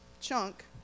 chunk